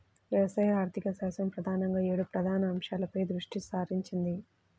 వ్యవసాయ ఆర్థికశాస్త్రం ప్రధానంగా ఏడు ప్రధాన అంశాలపై దృష్టి సారించింది